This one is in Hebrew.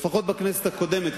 לפחות בכנסת הקודמת,